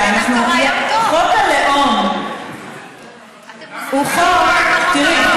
רגע, חוק הלאום הוא חוק, תראי,